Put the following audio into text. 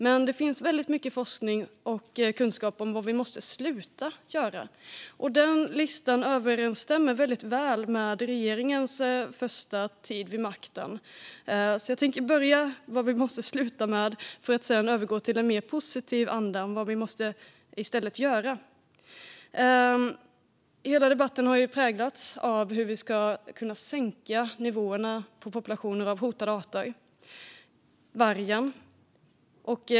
Men det finns väldigt mycket forskning och kunskap om vad vi måste sluta göra, och den listan överensstämmer väldigt väl med vad regeringen gjort under sin första tid vid makten. Jag tänker börja med vad vi måste sluta med för att sedan i mer positiv anda övergå till vad vi i stället måste göra. Hela debatten har präglats av hur vi ska kunna sänka nivåerna för populationer av hotade arter, som vargen.